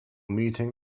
meeting